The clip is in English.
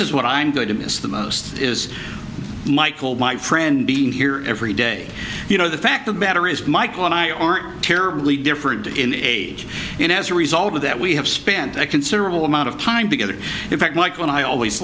is what i'm going to miss the most is michael my friend being here every day you know the fact of batteries michael and i aren't terribly different in age and as a result of that we have spent a considerable amount of time together in fact michael and i always